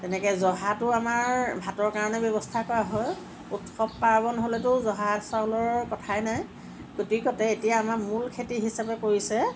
তেনেকৈ জহাটো আমাৰ ভাতৰ কাৰণে ব্যৱস্থা কৰা হয় উৎসৱ পাৰ্বন হ'লেতো জহা চাউলৰ কথাই নাই গতিকতে এতিয়া আমাৰ মূল খেতি হিচাপে পৰিছে